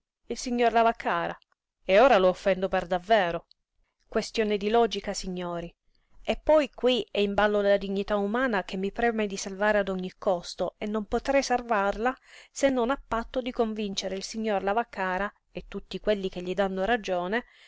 il signor lavaccara e ora lo offendo per davvero questione di logica signori e poi qui è in ballo la dignità umana che mi preme salvare ad ogni costo e non potrei salvarla se non a patto di convincere il signor lavaccara e tutti quelli che gli dànno ragione